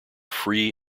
free